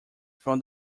from